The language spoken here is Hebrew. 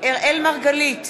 אראל מרגלית,